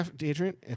Adrian